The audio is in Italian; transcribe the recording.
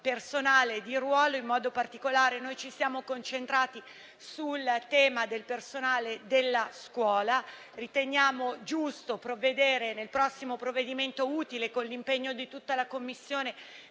personale di ruolo. In modo particolare ci siamo concentrati sul tema del personale della scuola e riteniamo giusto far sì, nel prossimo provvedimento utile e con l'impegno di tutta la Commissione,